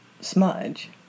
Smudge